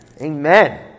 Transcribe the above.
Amen